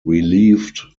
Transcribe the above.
relieved